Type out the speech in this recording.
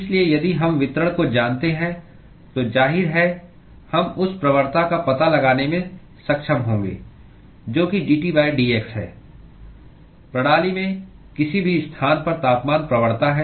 इसलिए यदि हम वितरण को जानते हैं तो जाहिर है कि हम उस प्रवणता का पता लगाने में सक्षम होंगे जो कि dTdx है प्रणाली में किसी भी स्थान पर तापमान प्रवणता है